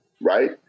right